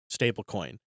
stablecoin